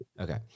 Okay